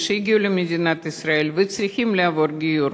הגיעו למדינת ישראל וצריכים לעבור גיור,